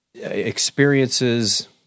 experiences